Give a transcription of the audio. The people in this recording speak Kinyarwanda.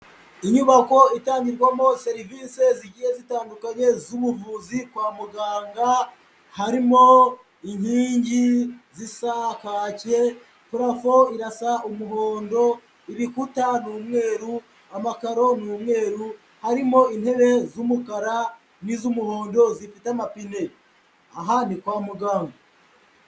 Inyubako itangirwamo serivisi zigiye zitandukanye z'ubuvuzi kwa muganga, harimo inkingi zisa kacye, parafo irasa umuhondo, ibikuta ni umweru, amakaro ni umweru, harimo intebe z'umukara n'iz'umuhondo zifite amapine. Aha ni kwa muganga.